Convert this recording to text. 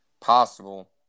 possible